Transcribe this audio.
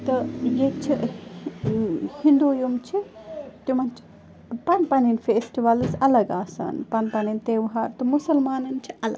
تہٕ ییٚتہِ چھِ ہِندو یِم چھِ تِمن چھِ پن پننٕۍ فٮ۪سٹِوَلٕز اَلگ آسان پن پننٕۍ تہوار تہٕ مسلمانن چھِ الگ